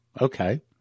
okay